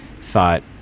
thought